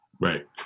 right